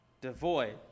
devoid